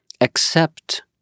accept